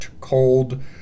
cold